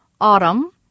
Autumn